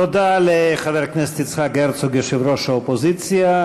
תודה לחבר הכנסת יצחק הרצוג, יושב-ראש האופוזיציה.